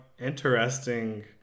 interesting